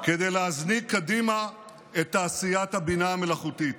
כדי להזניק קדימה את תעשיית הבינה המלאכותית.